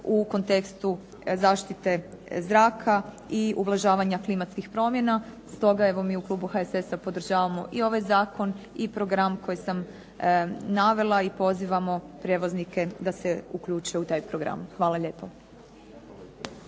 u kontekstu zaštite zraka i ublažavanja klimatskih promjena. Stoga evo mi u klubu HSS-a podržavamo i ovaj zakon i program koji sam navela i pozivamo prijevoznike da se uključe u taj program. Hvala lijepo.